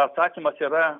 atsakymas yra